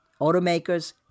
automakers